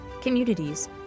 communities